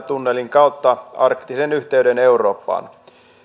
tunnelin kautta arktisen yhteyden eurooppaan